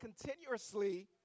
continuously